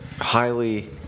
highly